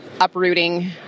uprooting